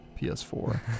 PS4